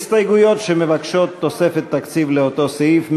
הסתייגויות שמבקשות תוספת תקציב לאותו סעיף.